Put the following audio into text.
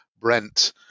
Brent